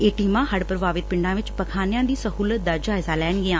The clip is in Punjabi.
ਇਹ ਟੀਮਾਂ ਹੜੁ ਪ੍ਰਭਾਵਿਤ ਪਿੰਡਾਂ ਵਿੱਚ ਪਖਾਨਿਆਂ ਦੀ ਸਹੂਲਤ ਦਾ ਜਾਇਜਾ ਲੈਣਗੀਆਂ